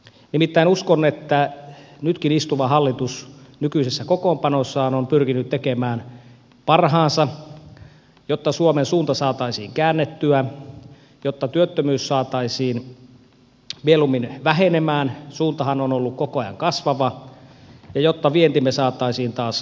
nimittäin uskon että nytkin istuva hallitus nykyisessä kokoonpanossaan on pyrkinyt tekemään parhaansa jotta suomen suunta saataisiin käännettyä jotta työttömyys saataisiin mieluummin vähenemään suuntahan on ollut koko ajan kasvava ja jotta vientimme saataisiin taas vetämään